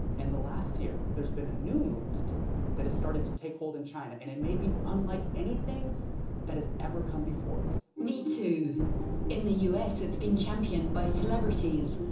in the last year, there's been a new movement that has started to take hold in china, and it may be unlike anything that has ever come before it. metoo, in the us it's been championed by celebrities.